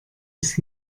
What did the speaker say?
ist